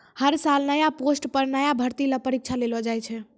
हर साल नया पोस्ट पर नया भर्ती ल परीक्षा लेलो जाय छै